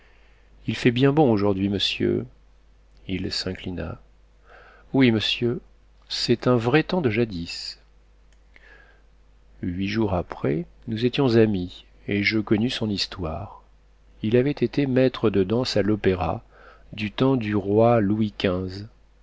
il fait bien bon aujourd'hui monsieur il s'inclina oui monsieur c'est un vrai temps de jadis huit jours après nous étions amis et je connus son histoire il avait été maître de danse à l'opéra du temps du roi louis